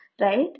right